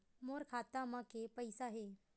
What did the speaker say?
मोर खाता म के पईसा हे?